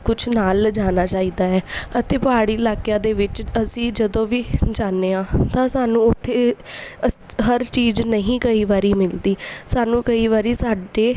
ਕੁਛ ਨਾਲ ਲਿਜਾਉਣਾ ਚਾਹੀਦਾ ਹੈ ਅਤੇ ਪਹਾੜੀ ਇਲਾਕਿਆਂ ਦੇ ਵਿੱਚ ਅਸੀਂ ਜਦੋਂ ਵੀ ਜਾਂਦੇ ਹਾਂ ਤਾਂ ਸਾਨੂੰ ਉੱਥੇ ਅਸ ਹਰ ਚੀਜ਼ ਨਹੀਂ ਕਈ ਵਾਰ ਮਿਲਦੀ ਸਾਨੂੰ ਕਈ ਵਾਰ ਸਾਡੇ